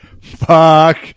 fuck